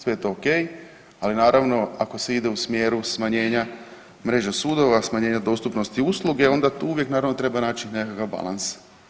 Sve je to okej, ali naravno ako se ide u smjeru smanjenja mreže sudova, smanjenja dostupnosti usluge onda uvijek naravno treba naći nekakav balans.